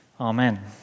Amen